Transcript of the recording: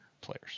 players